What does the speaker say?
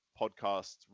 Podcasts